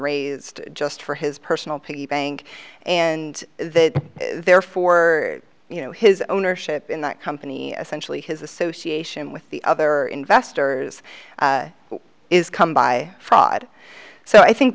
raised just for his personal piggy bank and that therefore you know his ownership in that company essentially his association with the other investors is come by fraud so i think